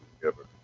together